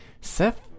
Seth